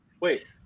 Wait